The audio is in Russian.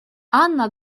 анна